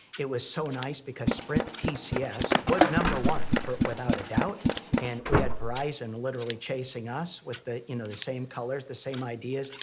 it was so nice because sprint pcs was number one for, without a doubt and we had verizon and literally chasing us with the, you know, the same colors, the same ideas.